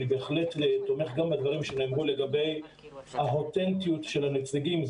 אני בהחלט תומך גם בדברים שנאמרו לגבי האותנטיות של הנציגים.